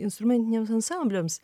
instrumentiniams ansambliams